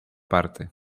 parte